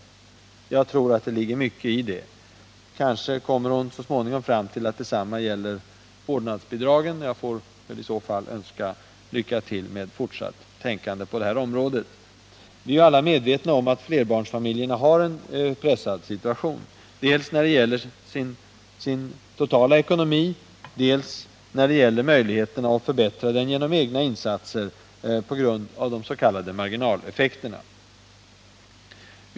Jag tror att det ligger mycket i detta. Kanske kommer hon så småningom fram till att detsamma gäller vårdnadsbidragen. Jag får i så fall önska henne lycka till med fortsatt tänkande på detta område. Vi är alla medvetna om att flerbarnsfamiljerna har en pressad situation dels när det gäller sin totala ekonomi, dels när det gäller möjligheten att förbättra den genom egna insatser — detta på grund av de s.k. marginaleffekterna.